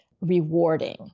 rewarding